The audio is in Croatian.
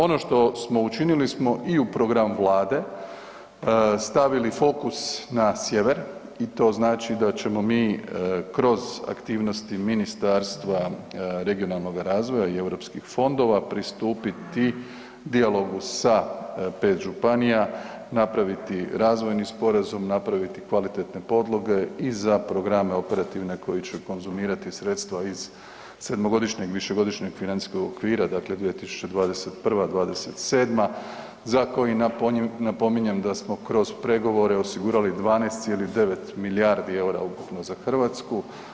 Ono što smo učinili smo i u program vlade stavili fokus na sjever i to znači da ćemo mi kroz aktivnosti Ministarstva regionalnoga razvoja i europskih fondova pristupiti dijalogu sa 5 županija, napraviti razvojni sporazum, napraviti kvalitetne podloge i za programe operativne koji će konzumirati sredstva iz 7-godišnjeg i višegodišnjeg financijskog okvira, dakle 2021.-'27. za koji napominjem da smo kroz pregovore osigurali 12,9 milijardi EUR-a ukupno za Hrvatsku.